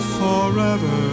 forever